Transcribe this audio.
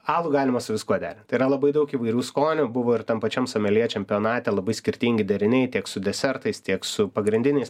alų galima su viskuo derint tai yra labai daug įvairių skonių buvo ir tam pačiam someljė čempionate labai skirtingi deriniai tiek su desertais tiek su pagrindiniais